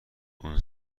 اون